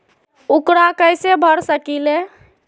ऊकरा कैसे भर सकीले?